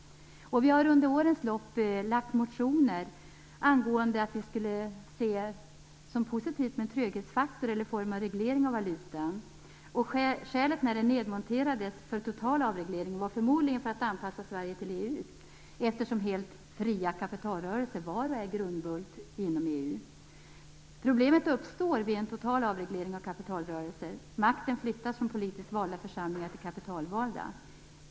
Vi har under årens lopp lagt fram motioner om att se det som positivt med en tröghetsfaktor eller någon form av reglering av valutahandeln. Skälet för total avreglering var förmodligen att anpassa Sverige till EU, eftersom helt fria kapitalrörelser var och är en grundbult inom EU. Problem uppstår vid en total avreglering av kapitalrörelser. Makten flyttas från politiskt valda församlingar till kapitalvalda.